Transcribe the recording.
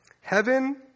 heaven